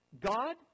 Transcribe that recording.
God